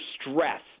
stress